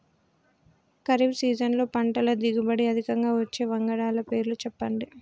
ఖరీఫ్ సీజన్లో పంటల దిగుబడి అధికంగా వచ్చే వంగడాల పేర్లు చెప్పండి?